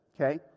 okay